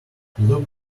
look